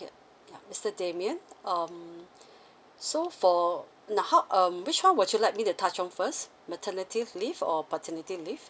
ya ya mister demian um so for now how um which one would you like me to touch on first maternity leave or paternity leave